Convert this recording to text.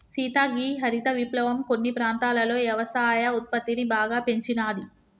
సీత గీ హరిత విప్లవం కొన్ని ప్రాంతాలలో యవసాయ ఉత్పత్తిని బాగా పెంచినాది